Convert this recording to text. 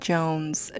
Jones